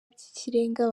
by’ikirenga